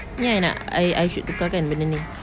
ni I nak I I should tukar kan benda ni